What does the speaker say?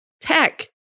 tech